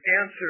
answer